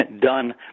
done